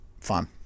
fun